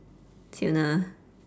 tuna